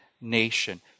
nation